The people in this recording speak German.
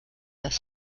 das